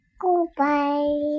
Goodbye